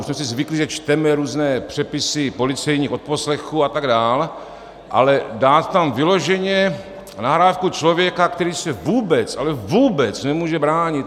Už jsme si zvykli, že čteme různé přepisy policejních odposlechů atd., ale dát tam vyloženě nahrávku člověka, který se vůbec, ale vůbec nemůže bránit?